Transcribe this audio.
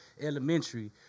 elementary